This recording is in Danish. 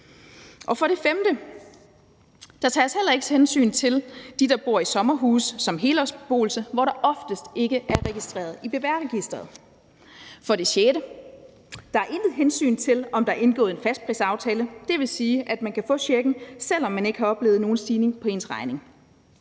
For det femte tages der heller ikke hensyn til dem, der bor i sommerhus som helårsbeboelse, hvor der ofte ikke er registreret i BBR-registeret. For det sjette er der ikke taget hensyn til, om der er indgået en fastprisaftale. Det vil sige, at man kan få checken, selv om man ikke har oplevet nogen stigning på ens regning.